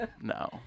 No